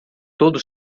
todo